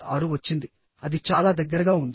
6 వచ్చింది అది చాలా దగ్గరగా ఉంది